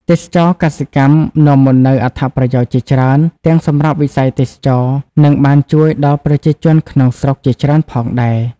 ទេសចរណ៍កសិកម្មនាំមកនូវអត្ថប្រយោជន៍ជាច្រើន ទាំងសម្រាប់វិស័យទេសចរណ៍ និងបានជួយដល់ប្រជាជនក្នុងស្រុកជាច្រើនផងដែរ ។